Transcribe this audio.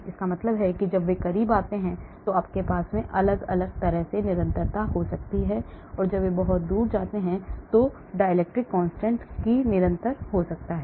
इसका मतलब है कि जब वे करीब आते हैं तो आपके पास अलग अलग ढांकता हुआ निरंतर हो सकता है जब वे बहुत दूर होते हैं तो आपके dielectric constant हुआ निरंतर हो सकता है